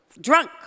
drunk